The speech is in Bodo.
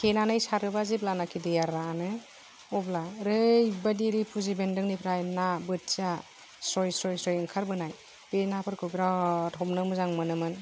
थेनानै सारोबा जेब्लानाखि दैआ रानो अब्ला ओरैबायदि रिपुजि बेन्दोंनिफ्राय ना बोथिया स्रय स्रय स्रय ओंखारबोनाय बे नाफोरखौ बेराथ हमनो मोजां मोनोमोन